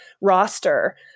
roster